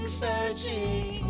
searching